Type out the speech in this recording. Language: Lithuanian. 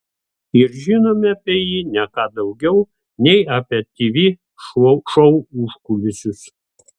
ir žinome apie jį ne ką daugiau nei apie tv šou užkulisius